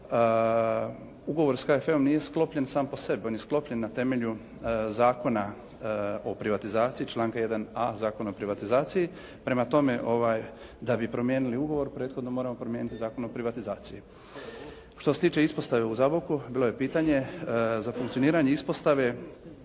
Ugovor sa HF-om nije sklopljen sam po sebi. On je sklopljen na temelju Zakona o privatizaciji članka 1a. Zakona o privatizaciji. Prema tome, da bi promijenili ugovor prethodno moramo promijeniti Zakon o privatizaciji. Što se tiče ispostave u Zaboku bilo je pitanje. Za funkcioniranje ispostave